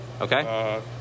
Okay